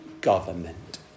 government